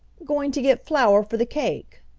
going to get flour for the cake.